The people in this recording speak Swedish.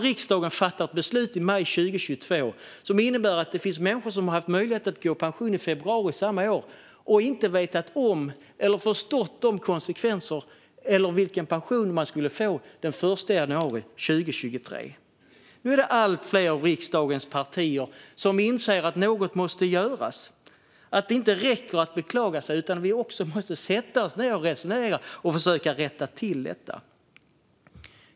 Riksdagen fattade ett beslut i maj 2022 som innebar att det finns människor som haft möjlighet att gå i pension i februari samma år och som inte vetat om eller förstått konsekvenserna eller vilken pension de skulle få den 1 januari 2023. Nu är det allt fler av riksdagens partier som inser att något måste göras - att det inte räcker att beklaga sig utan att vi också måste sätta oss ned och resonera och försöka rätta till detta.